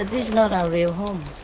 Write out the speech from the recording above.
is not our real home.